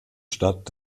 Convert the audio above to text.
stadt